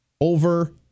over